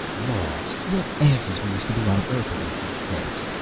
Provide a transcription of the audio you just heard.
laws, what asses we used to be, on earth, about these things!